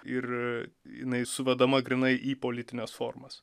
ir jinai suvedama grynai į politines formas